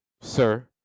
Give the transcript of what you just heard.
Sir